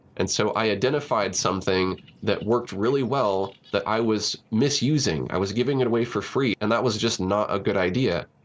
and so i identified something that worked really well that i was misusing. i was giving it away for free, and that was just not a good idea.